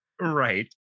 Right